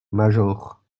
major